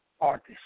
Artist